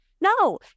no